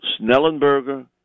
Snellenberger